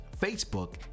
Facebook